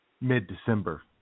mid-December